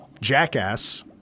Jackass